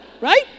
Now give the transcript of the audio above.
Right